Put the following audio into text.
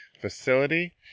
facility